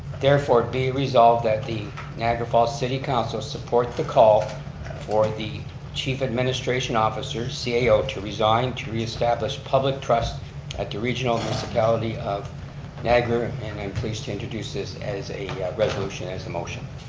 therefore it be resolved at the niagara falls city council support the call for the chief administration officers cao ah to resign to reestablish public trust at the regional municipality of niagara and i'm pleased to introduce this as a resolution as the motion.